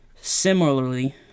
Similarly